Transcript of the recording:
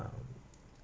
um